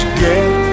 get